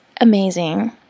amazing